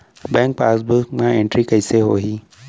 Bank passbook मा entry कइसे होही?